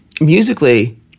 musically